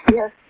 Yes